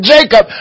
Jacob